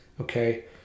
okay